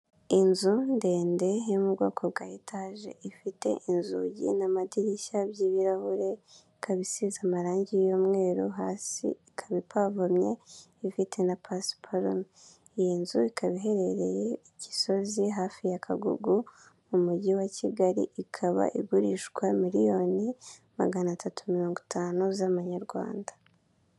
Inzu ndende iri mu bwoko bwa etaje, ifite inzugi n'amadirishya by'ibirahuri, ikaba isize amarangi y'umweru, hasi ikaba ipavomye ifite na pasiparume. Iyi nzu ikaba iherereye Gisozi, hafi ya Kagugu, mu mujyi wa Kigali, ikaba igurishwa miliyoni magana atatu mirongo itanu z'Amanyarwanda.